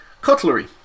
cutlery